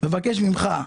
אני מבקש ממך,